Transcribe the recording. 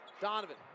Donovan